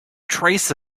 trace